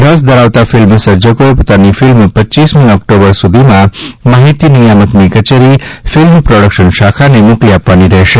રસ ધરાવતા ફિલ્મ સર્જકોએ પોતાની ફિલ્મ ટપમી ઓક્ટોબર સુધીમાં માહિતી નિયામકશ્રીની કચેરી ફિલ્મ પ્રોડકશન શાખા ને મોકલી આપવાની રહેશે